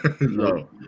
No